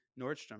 Nordstrom